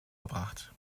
gebracht